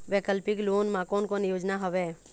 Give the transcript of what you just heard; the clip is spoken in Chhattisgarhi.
वैकल्पिक लोन मा कोन कोन योजना हवए?